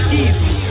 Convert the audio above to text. easy